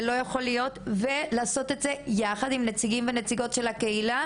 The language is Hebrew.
זה לא יכול להיות ולעשות את זה יחד עם נציגים ונציגות של הקהילה,